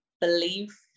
believe